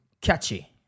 catchy